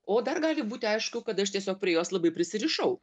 o dar gali būti aišku kad aš tiesiog prie jos labai prisirišau